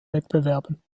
wettbewerben